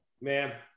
Man